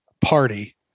party